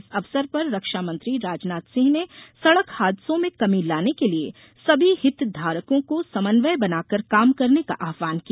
इस अवसर पर रक्षा मंत्री राजनाथ सिंह ने सड़क हादसों में कमी लाने के लिए सभी हितधारकों को समन्वय बनाकर काम करने का आहवान किया